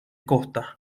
costa